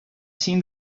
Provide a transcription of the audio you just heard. seen